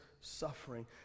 suffering